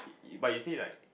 but you say right